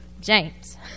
James